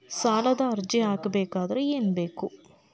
ಸಾಲದ ಅರ್ಜಿ ಹಾಕಬೇಕಾದರೆ ಏನು ಬೇಕು?